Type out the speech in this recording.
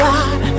God